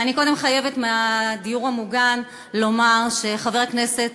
אני קודם חייבת לגבי הדיור המוגן לומר שחבר הכנסת